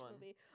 movie